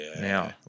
now